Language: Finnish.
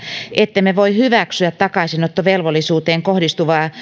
ettemme voi hyväksyä takaisinottovelvollisuuteen